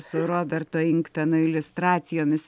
su roberto inkpeno iliustracijomis